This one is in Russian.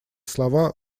слова